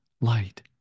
light